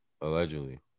allegedly